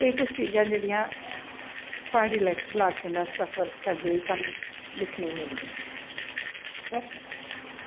ते एह् कुश चीज़ा प्हाड़ी लाह्कें दा सफर करदे होई स्हानू